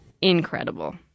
incredible